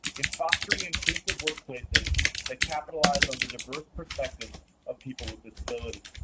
in fostering inclusive workplaces that capitalize on the diverse perspectives of people with disabilities.